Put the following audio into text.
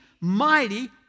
mighty